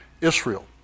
Israel